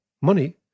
money